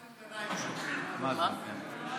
רק מאזן גנאים שומר, הוא הצביע נגד.